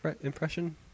impression